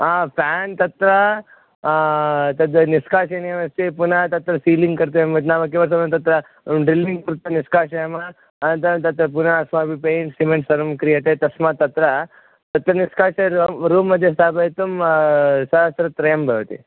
ह फ़्यान् तत्र तद् निष्कासनीयमस्ति पुनः तत्र सीलिङ्ग् कर्तव्यम् नाम किमर्थं तत्र ड्रिल्लिङ्ग् कृत्वा निष्कासयामः अनन्तरं तत्र पुनः अस्माभिः पेण्ट् सिमेण्ट् सर्वं क्रियते तस्मात् तत्र तत्र निष्कास्य रूम् मध्ये स्थापयितुं सहस्रत्रयं भवति